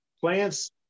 plants